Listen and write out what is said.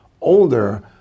older